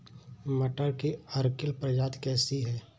मटर की अर्किल प्रजाति कैसी है?